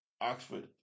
Oxford